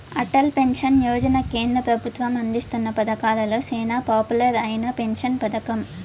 Atal pension Yojana కేంద్ర పెబుత్వం అందిస్తున్న పతకాలలో సేనా పాపులర్ అయిన పెన్సన్ పతకం